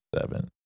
seven